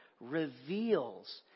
reveals